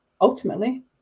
ultimately